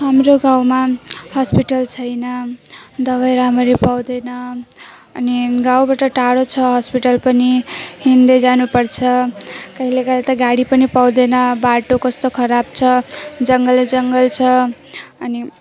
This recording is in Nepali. हाम्रो गाउँमा हस्पिटल छैन दबाई राम्ररी पाउँदैन अनि गाउँबाट टाढो छ हस्पिटल पनि हिँड्दै जानुपर्छ कहिलेकाहीँ त गाडी पनि पाउँदैन बाटो कस्तो खराब छ जङ्गलै जङ्गल छ अनि